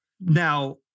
Now